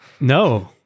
No